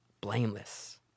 blameless